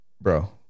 bro